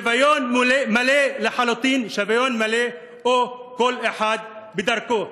שוויון מלא לחלוטין, שוויון מלא, או כל אחד בדרכו.